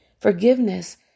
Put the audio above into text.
Forgiveness